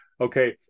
Okay